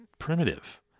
Primitive